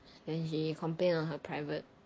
then she complained on her private